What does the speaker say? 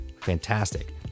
fantastic